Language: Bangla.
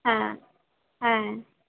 হ্যাঁ হ্যাঁ